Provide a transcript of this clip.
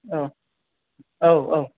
औ औ औ